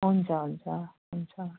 हुन्छ हुन्छ हुन्छ